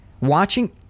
Watching